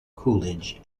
coolidge